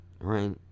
Right